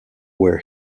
where